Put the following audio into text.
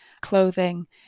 clothing